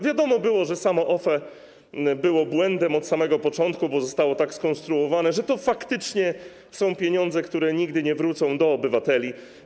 Wiadomo było, że samo OFE było błędem od samego początku, bo zostało tak skonstruowane, że to faktycznie są pieniądze, które nigdy nie wrócą do obywateli.